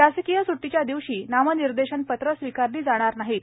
शासकीय स्ट्टीच्या दिवशी नामनिर्देशनपत्रे स्वीकारली जाणार नाहीत